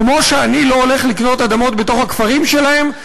כמו שאני לא הולך לקנות אדמות בכפרים שלהם,